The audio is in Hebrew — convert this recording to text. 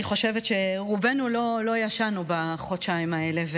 אני חושבת שרובנו לא ישנו בחודשיים האלה,